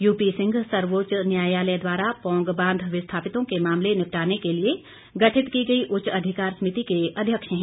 you P Singh सर्वोच्च न्यायालय द्वारा पौंग बांध विस्थापितों के मामले निपटाने के लिए गठित की गई उच्च अधिकार समिति के अध्यक्ष हैं